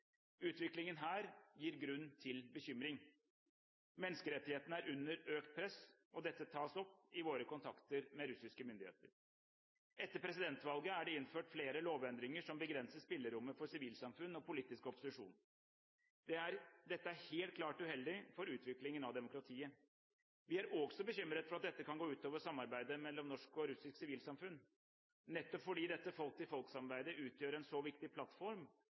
Utviklingen her gir grunn til bekymring. Menneskerettighetene er under økt press, og dette tas opp i våre kontakter med russiske myndigheter. Etter presidentvalget er det innført flere lovendringer som begrenser spillerommet for sivilsamfunn og politisk opposisjon. Dette er helt klart uheldig for utviklingen av demokratiet. Vi er også bekymret for at dette kan gå ut over samarbeidet mellom norsk og russisk sivilsamfunn – nettopp fordi dette folk-til-folk-samarbeidet utgjør en så viktig plattform